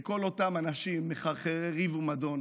לכל אותם אנשים מחרחרי ריב ומדון: